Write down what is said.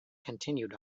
continued